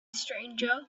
stranger